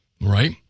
right